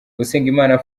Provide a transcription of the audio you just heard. usengimana